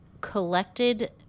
collected